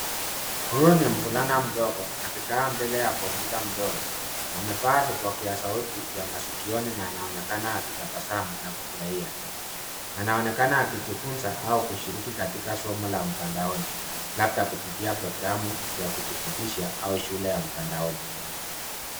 Huu ni mvulana mdogo akikaa mbele ya kompyuta mdogo. Amevaa vipokea sauti vya masikioni na anaonekana akitabasamu na kufurahia. Anaonekana akijifunza au akishiriki katika somo la mtandaoni, labda kupitia programu ya kujifundisha au shule ya mtandaoni.